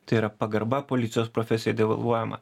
tai yra pagarba policijos profesijai devalvuojama